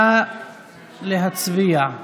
נא להצביע.